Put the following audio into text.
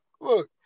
look